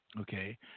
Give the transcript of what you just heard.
okay